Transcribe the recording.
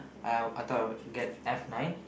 uh I thought get F nine